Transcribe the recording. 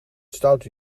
stoute